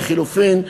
לחלופין,